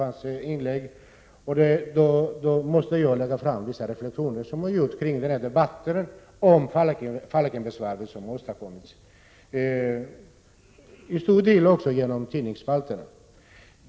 Men jag måste få framföra några reflexioner som har gjorts, till stor del i tidningsspalter, kring denna debatt om Falkenbergsvarvet.